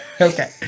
Okay